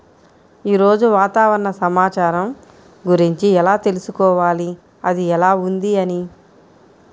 ఈరోజు వాతావరణ సమాచారం గురించి ఎలా తెలుసుకోవాలి అది ఎలా ఉంది అని?